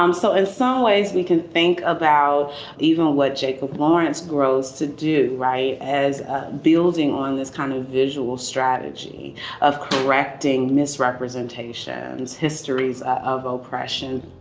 um so in some ways we can think about even what jacob lawrence grows to do. right. as ah building on this kind of visual strategy of correcting misrepresentations, histories of oppression